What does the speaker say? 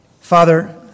Father